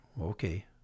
okay